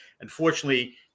Unfortunately